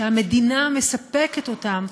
שהמדינה מספקת אותם,